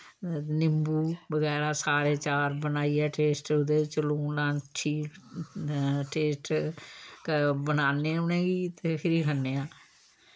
निंबू बगैरा सारे चार बनाइयै टेस्ट उ'दे च लून ठीक टेस्ट क बनाने उ'नें गी ते फिरी खन्नेआं